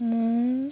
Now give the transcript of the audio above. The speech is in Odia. ମୁଁ